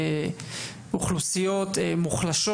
אוכלוסיות מוחלשות.